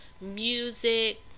music